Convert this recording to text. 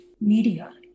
media